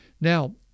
Now